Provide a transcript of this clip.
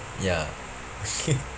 ya